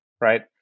right